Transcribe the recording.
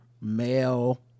male